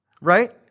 Right